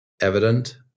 evident